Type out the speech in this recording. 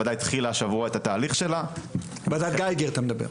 הוועדה התחילה השבוע את התהליך שלה --- ועדת גייגר אתה מדבר?